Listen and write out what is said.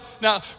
Now